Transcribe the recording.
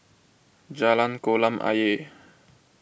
Jalan Kolam Ayer